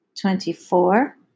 twenty-four